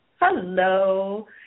Hello